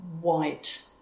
white